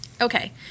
Okay